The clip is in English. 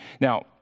Now